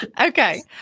Okay